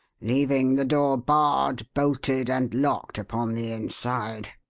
leaving the door barred, bolted, and locked upon the inside.